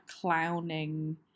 clowning